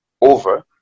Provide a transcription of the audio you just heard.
over